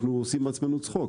אנחנו עושים מעצמנו צחוק.